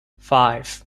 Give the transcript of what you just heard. five